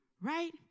right